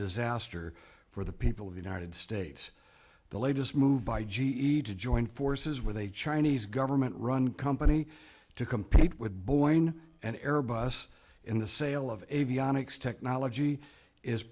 disaster for the people of the united states the latest move by g e to join forces with a chinese government run company to compete with boeing and airbus in the sale of avionics technology is